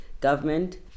government